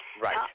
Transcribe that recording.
Right